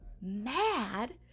mad